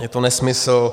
Je to nesmysl.